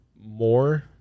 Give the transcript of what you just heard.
more